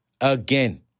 Again